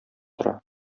тора